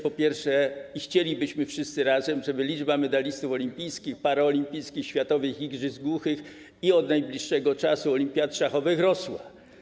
Po pierwsze, chcielibyśmy wszyscy razem, żeby liczba medalistów olimpijskich, paraolimpijskich, światowych igrzysk głuchych i od ostatniego czasu olimpiad szachowych rosła.